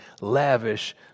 lavish